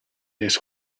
his